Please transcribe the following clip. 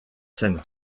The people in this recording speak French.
seine